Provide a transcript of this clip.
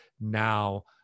now